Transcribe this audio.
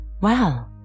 Well